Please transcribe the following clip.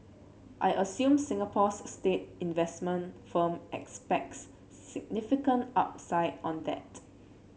I assume Singapore's state investment firm expects significant upside on that